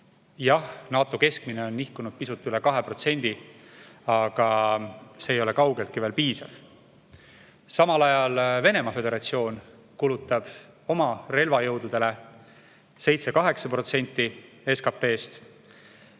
Jah, NATO keskmine on nihkunud pisut üle 2%, aga see ei ole kaugeltki piisav. Samal ajal Venemaa Föderatsioon kulutab oma relvajõududele 7–8% protsenti